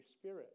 Spirit